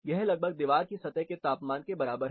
यह लगभग दीवार की सतह के तापमान के बराबर है